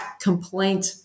complaint